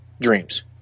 dreams